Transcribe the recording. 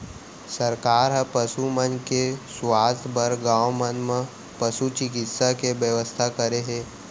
सरकार ह पसु मन के सुवास्थ बर गॉंव मन म पसु चिकित्सा के बेवस्था करे हे